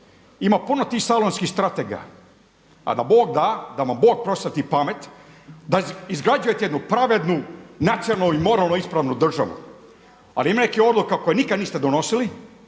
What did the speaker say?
ima puno tih salonskih strategija, a da vam Bog da, da vam Bog prosvijetli pamet da izgrađujete jednu pravednu nacionalnu i moralno ispravnu državu. Ali ima nekih odluka koje nikada niste donosili